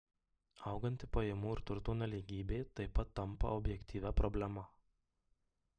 auganti pajamų ir turto nelygybė taip pat tampa objektyvia problema